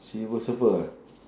silver surfer ah